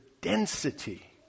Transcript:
density